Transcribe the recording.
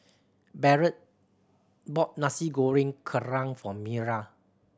Barrett bought Nasi Goreng Kerang for Mira